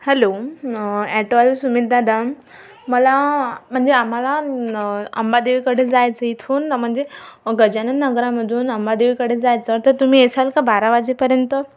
hello ऑटोवाले सुमित दादा मला म्हणजे आम्हाला अंबादेवीकडे जायचं इथून म्हणजे गजानन नगरामधून अंबादेवीकडे जायचं तर तुम्ही येसाल का बारा वाजेपर्यंत